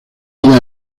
vida